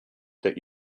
that